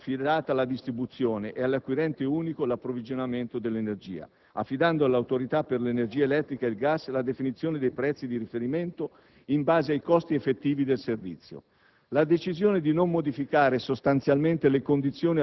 secondo le quali al fornitore di fiducia è affidata la distribuzione e all'acquirente unico l'approvvigionamento dell'energia, affidando all'Autorità per l'energia elettrica e il gas la definizione dei prezzi di riferimento in base ai costi effettivi del servizio.